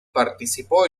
participó